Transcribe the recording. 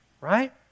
right